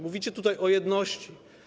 Mówicie tutaj o jedności.